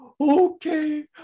Okay